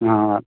ହଁ ହଁ